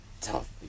tough